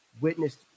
witnessed